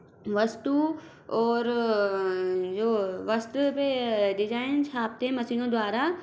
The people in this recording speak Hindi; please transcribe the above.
वस्तु और जो वस्त्र पर डिजाइन छापतें मशीनों द्वारा